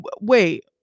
wait